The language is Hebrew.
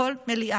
בכל מליאה,